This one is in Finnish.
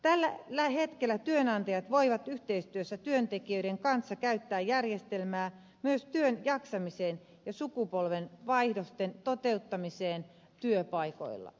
tällä hetkellä työnantajat voivat yhteistyössä työntekijöiden kanssa käyttää järjestelmää myös työn jakamiseen ja sukupolvenvaihdosten toteuttamiseen työpaikoilla